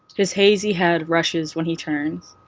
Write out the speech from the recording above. his hazy head rushes when he turns,